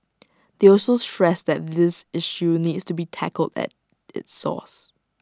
they also stressed that this issue needs to be tackled at its source